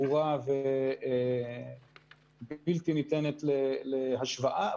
ברורה ובלתי ניתנת להשוואה.